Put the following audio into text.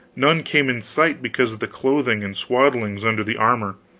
none came in sight because of the clothing and swaddlings under the armor.